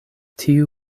tiu